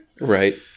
Right